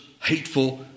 hateful